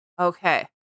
Okay